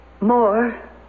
more